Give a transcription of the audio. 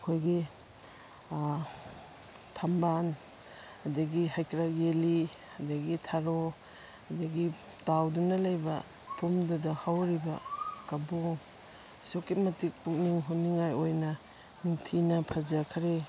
ꯑꯩꯈꯣꯏꯒꯤ ꯊꯝꯕꯥꯜ ꯑꯗꯒꯤ ꯍꯩꯀ꯭ꯔꯛ ꯌꯦꯜꯂꯤ ꯑꯗꯒꯤ ꯊꯔꯣ ꯑꯗꯒꯤ ꯇꯥꯎꯗꯨꯅ ꯂꯩꯕ ꯐꯨꯝꯗꯨꯗ ꯍꯧꯔꯤꯕ ꯀꯥꯕꯣ ꯑꯁꯨꯛꯀꯤ ꯃꯇꯤꯛ ꯄꯨꯛꯅꯤꯡ ꯍꯨꯅꯤꯡꯉꯥꯏ ꯑꯣꯏꯅ ꯅꯤꯡꯊꯤꯅ ꯐꯖꯈ꯭ꯔꯦ